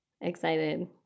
excited